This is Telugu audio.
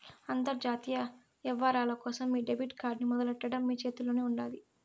అంతర్జాతీయ యవ్వారాల కోసం మీ డెబిట్ కార్డ్ ని మొదలెట్టడం మీ చేతుల్లోనే ఉండాది